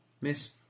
Miss